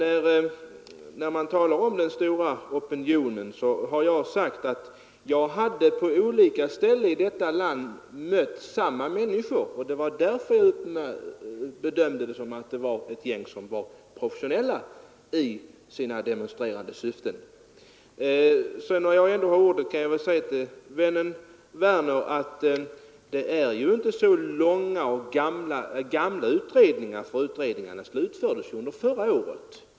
När man talar om den opinionen har jag sagt att jag på olika håll i landet har mött samma människor. Det var därför jag bedömde dem som ett gäng som var professionellt i sitt demonstrerande. När jag ändå har ordet vill jag säga till herr Werner att utredningarna ju inte är så förfärligt gamla, för de slutfördes förra året.